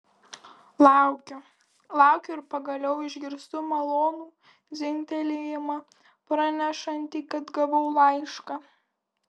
laukiu laukiu ir pagaliau išgirstu malonų dzingtelėjimą pranešantį kad gavau laišką